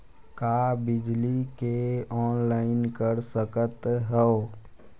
का बिजली के ऑनलाइन कर सकत हव?